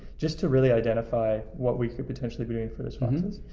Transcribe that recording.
just to really identify what we could potentially be doing for this